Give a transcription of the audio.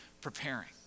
preparing